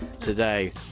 today